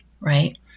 right